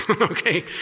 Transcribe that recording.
okay